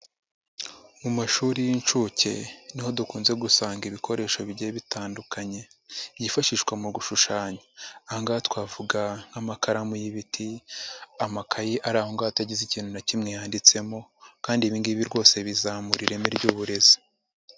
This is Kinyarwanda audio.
Mu mashuri y'inshuke niho dukunze gusanga ibikoresho bigiye bitandukanye, byifashishwa mu gushushanya. Ahangaha twavuga nk'amakaramu y'ibiti, amakayi ari ahongaho atagize ikintu na kimwe yanditsemo, kandi ibingibi rwose bizamura ireme ry'uburezi.